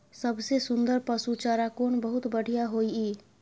सबसे सुन्दर पसु चारा कोन बहुत बढियां होय इ?